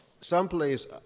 Someplace